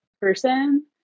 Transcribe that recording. person